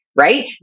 right